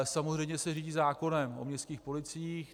Samozřejmě se řídí zákonem o městských policiích.